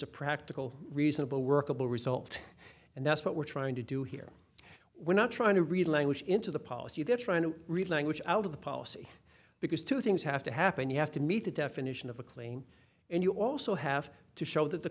a practical reasonable workable result and that's what we're trying to do here we're not trying to read language into the policy they're trying to read language out of the policy because two things have to happen you have to meet the definition of a clean and you also have to show that the